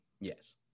yes